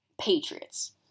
patriots